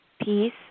peace